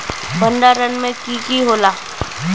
भण्डारण में की की होला?